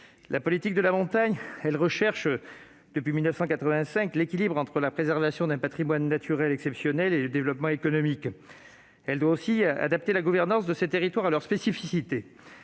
la politique de la montagne vise l'équilibre entre la préservation d'un patrimoine naturel exceptionnel et le développement économique. Elle doit aussi adapter la gouvernance de ces territoires à leurs spécificités.